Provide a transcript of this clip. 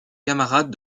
camarades